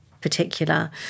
particular